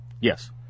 Yes